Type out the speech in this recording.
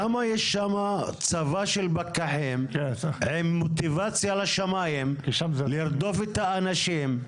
למה יש שם צבא של פקחים עם מוטיבציה בשמיים לרדוף את האנשים,